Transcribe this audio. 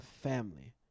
family